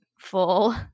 full